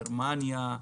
גרמניה,